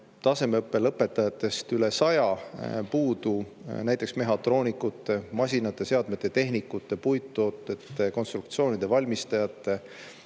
tasemeõppe lõpetajatest üle saja puudu näiteks mehhatroonikute, masinate ja seadmete tehnikute, puittoodete ja konstruktsioonide valmistajate